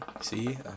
See